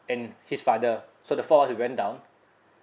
and his father so the four of us we went down